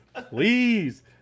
Please